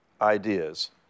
ideas